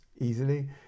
easily